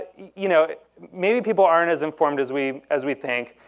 you know maybe people aren't as informed as we as we think.